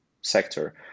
sector